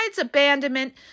abandonment